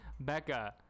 Becca